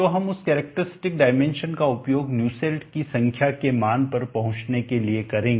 तो हम उस कैरेक्टरस्टिक डाइमेंशन का उपयोग न्यूसेल्ट की संख्या के मान पर पहुंचने के लिए करेंगे